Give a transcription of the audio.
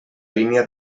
línia